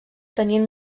tenien